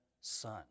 son